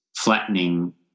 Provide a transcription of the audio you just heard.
flattening